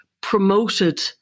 promoted